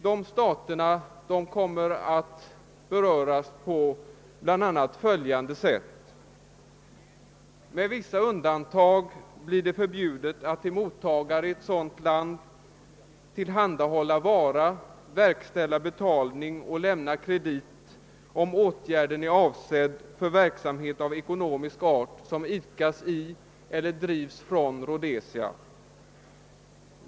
Dessa stater kommer att beröras på bl.a. följande sätt: Med vissa undantag blir det förbud att till mottagare i ett sådant land tillhandahålla vara, verkställa betalning och lämna kredit, om åtgärden är avsedd för verksamhet av ekonomisk art som idkas i eller drivs från Rhodesia.